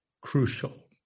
crucial